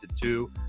two